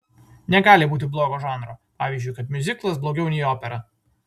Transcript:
negali būti blogo žanro pavyzdžiui kad miuziklas blogiau nei opera